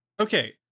Okay